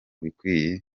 bikwiye